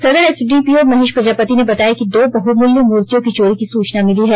सदर एसडीपीओ महेश प्रजापति ने बताया कि दो बहुमूल्य मूर्तियों की चोरी की सूचना मिली है